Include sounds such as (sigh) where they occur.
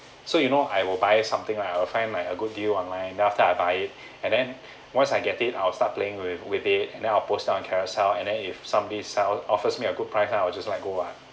so you know I will buy something right I'll find my a good deal online then after I buy (breath) and then once I get it I will start playing with with it and then I will post up on Carousell and if somebody sells offers me a good price ah I will just let go ah